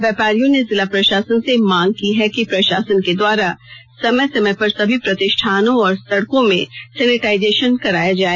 व्यापारियों ने जिला प्रशासन से मांग की है कि प्रशासन के द्वारा समय समय पर सभी प्रतिष्ठानों और सड़कों में सैनिटाइजेशन कराया जाए